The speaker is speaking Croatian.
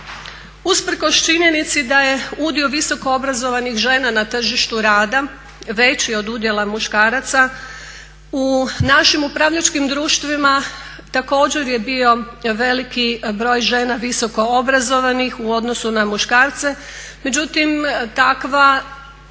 Usprkos činjenici da je udio visokoobrazovanih žena na tržištu rada veći od udjela muškaraca u našim upravljačkim društvima također je bio veliki broj žena visokoobrazovanih u odnosu na muškarce, međutim takva